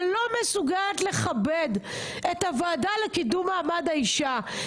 שלא מסוגלת לכבד את הוועדה לקידום מעמד האישה?